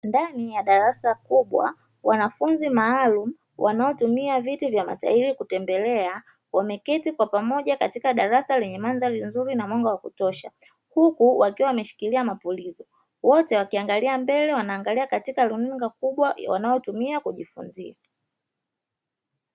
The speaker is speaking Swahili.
Ndani ya darasa kubwa. Wanafunzi maalumu wanaotumia viti vya matairi kutembelea, wameketi kwa pamoja katika darasa lenye mandhari nzuri na mwanga wa kutosha. Huku wakiwa wameshikilia mapulizo, wote wakiangalia mbele. Wanaangalia katika runinga kubwa wanayotumia kujifunzia.